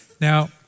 Now